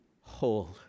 whole